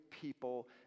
people